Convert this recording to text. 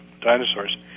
dinosaurs